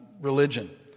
religion